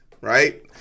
right